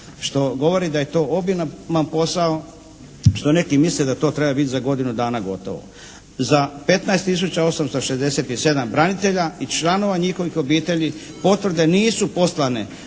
Što govori da je to obiman posao što neki misle da to treba biti za godinu dana gotovo. Za 15 tisuća 867 branitelja i članova njihovih obitelji potvrde nisu poslane